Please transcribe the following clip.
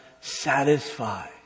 satisfy